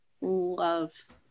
loves